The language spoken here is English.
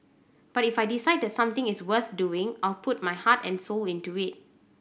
but if I decide that something is worth doing I'll put my heart and soul into it